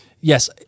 yes